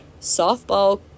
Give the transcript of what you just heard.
softball